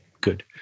good